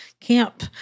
camp